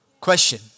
Question